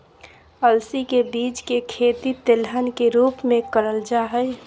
अलसी के बीज के खेती तेलहन के रूप मे करल जा हई